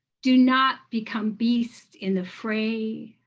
do not become beast in the fray.